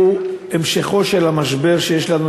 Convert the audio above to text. הוא המשכו של המשבר שיש לנו,